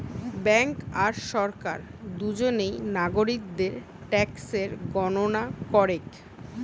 bank আর সরকার দুজনেই নাগরিকদের ট্যাক্সের গণনা করেক